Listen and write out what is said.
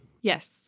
Yes